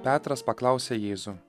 petras paklausė jėzų